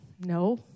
no